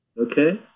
Okay